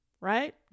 right